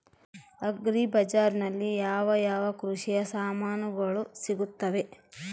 Agri ಬಜಾರಿನಲ್ಲಿ ಯಾವ ಯಾವ ಕೃಷಿಯ ಸಾಮಾನುಗಳು ಸಿಗುತ್ತವೆ?